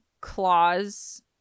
claws